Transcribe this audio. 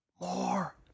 more